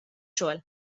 xogħol